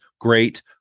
great